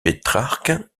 pétrarque